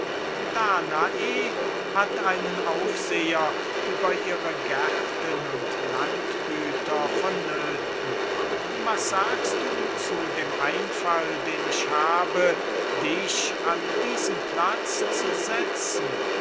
danae hat einen aufseher über ihre gärten und landgüter vonnöten was sagst du zu dem einfall den ich habe dich an diesen platz zu setzen